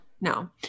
no